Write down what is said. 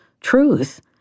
truth